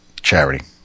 charity